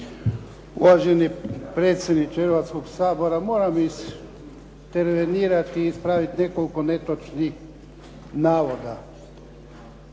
Uvaženi predsjedniče Hrvatskoga sabora, moram intervenirati i ispraviti nekoliko netočnih navoda.